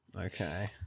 Okay